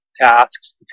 tasks